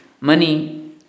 money